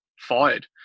fired